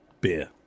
Beer